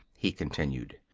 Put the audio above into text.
he continued.